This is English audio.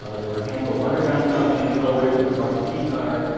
ah there were a handful of underground comics being published. there was harvey pekar,